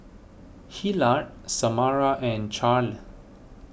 Hillard Samara and Charle